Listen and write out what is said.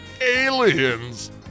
aliens